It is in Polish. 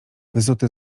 wyzuty